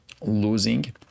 losing